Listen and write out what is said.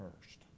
first